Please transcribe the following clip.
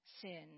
sin